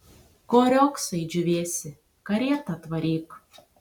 ko riogsai džiūvėsi karietą atvaryk